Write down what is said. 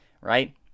right